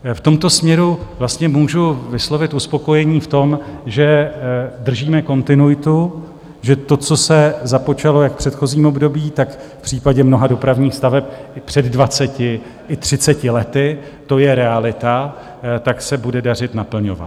V tomto směru vlastně můžu vyslovit uspokojení v tom, že držíme kontinuitu, že to, co se započalo jak v předchozím období, tak v případě mnoha dopravních staveb před dvaceti i třiceti lety, to je realita, se bude dařit naplňovat.